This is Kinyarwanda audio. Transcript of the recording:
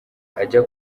ajya